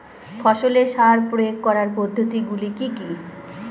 ফসলে সার প্রয়োগ করার পদ্ধতি গুলি কি কী?